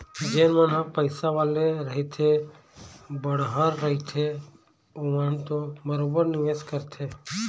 जेन मन ह पइसा वाले रहिथे बड़हर रहिथे ओमन तो बरोबर निवेस करथे